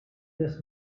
des